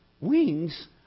Wings